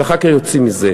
ואחר כך יוצאים מזה.